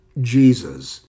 Jesus